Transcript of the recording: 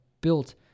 built